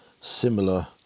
similar